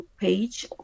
page